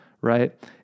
right